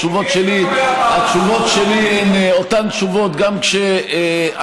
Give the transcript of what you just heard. התשובות שלי הן אותן תשובות גם כשהקואליציה